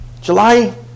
July